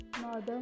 northern